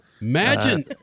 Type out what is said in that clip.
Imagine